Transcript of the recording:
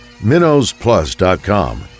minnowsplus.com